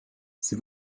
sie